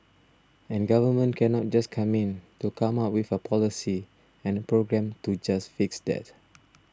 and government cannot just come in to come up with a policy and a program to just fix that